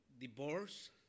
divorce